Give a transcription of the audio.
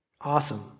awesome